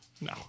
No